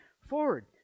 forward